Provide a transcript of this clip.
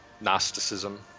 Gnosticism